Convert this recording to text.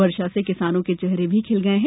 वर्षा से किसानो के चेहरे भी खिल गये हैं